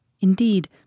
Indeed